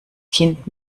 kind